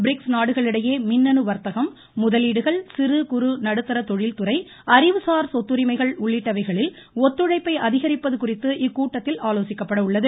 BRICS நாடுகளுக்கிடையே மின்னணு வர்த்தகம் முதலீடுகள் சிறு குறு நடுத்தர தொழில்துறை அறிவுசார் சொத்துரிமைகள் உள்ளிட்டவைகளில் ஒத்துழைப்பை அதிகரிப்பது குறித்து இக்கூட்டத்தில் ஆலோசிக்கப்பட உள்ளது